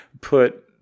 put